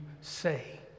say